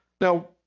Now